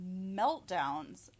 meltdowns